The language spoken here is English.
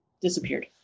Disappeared